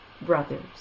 brothers